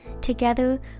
Together